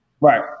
Right